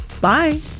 bye